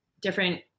different